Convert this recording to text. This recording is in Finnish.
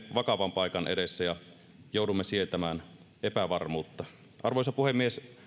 vakavan paikan edessä ja joudumme sietämään epävarmuutta arvoisa puhemies